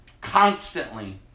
constantly